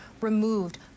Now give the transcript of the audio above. removed